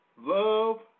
love